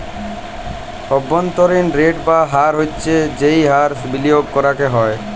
অব্ভন্তরীন রেট বা হার হচ্ছ যেই হার বিলিয়গে করাক হ্যয়